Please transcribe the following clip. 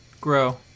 grow